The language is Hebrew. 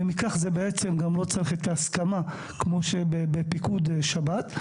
וכך גם לא צריך את ההסכמה כמו בפיקוד שבת.